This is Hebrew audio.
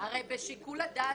האופציה הזאת